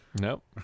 Nope